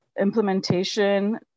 implementation